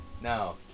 No